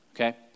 Okay